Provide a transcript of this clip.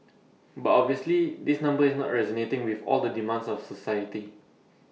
but obviously this number is not resonating with all the demands of society